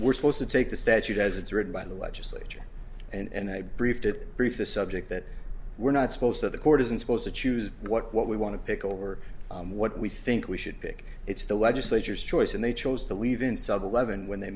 we're supposed to take the statute as it's written by the legislature and i briefed it brief the subject that we're not supposed to the court isn't supposed to choose what we want to pick over what we think we should pick it's the legislature's choice and they chose to leave in southern lebanon when they